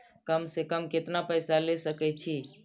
कम से कम केतना पैसा ले सके छी?